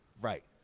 right